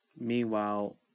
Meanwhile